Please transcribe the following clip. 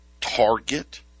Target